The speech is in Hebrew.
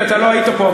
אתה לא היית פה,